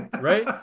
right